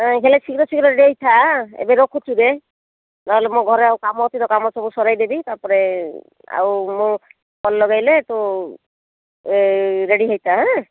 ହେଲେ ଶୀଘ୍ର ଶୀଘ୍ର ରେଡ଼ି ହେଇଥା ଏଁ ଏବେ ରଖୁଛୁରେ ନହେଲେ ମୋ ଘରେ ଆଉ କାମ ଅଛି କାମ ସବୁ ସରାଇଦେବି ତା'ପରେ ଆଉ ମୁଁ କଲ୍ ଲଗେଇଲେ ତୁ ରେଡ଼ି ହେଇଥା ଏଁ